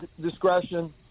discretion